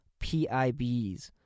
PIBs